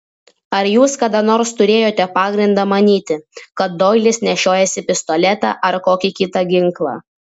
ar jūs kada nors turėjote pagrindą manyti kad doilis nešiojasi pistoletą ar kokį kitą ginklą